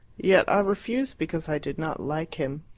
yet i refused because i did not like him.